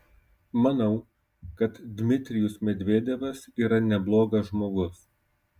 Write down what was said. manau kad dmitrijus medvedevas yra neblogas žmogus